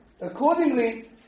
Accordingly